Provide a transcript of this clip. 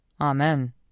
Amen